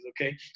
okay